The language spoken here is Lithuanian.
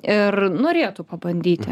ir norėtų pabandyti